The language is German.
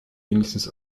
wenigstens